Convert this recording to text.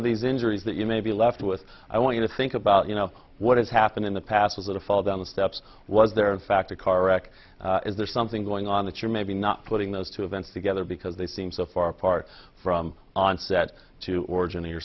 of these injuries that you may be left with i want you to think about you know what has happened in the past was it a fall down the steps was there in fact a car wreck is there something going on that you're maybe not putting those two events together because they seem so far apart from onset to origin to your